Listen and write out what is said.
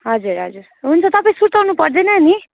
हजुर हजुर हुन्छ तपाईँ सुर्ताउनु पर्दैन नि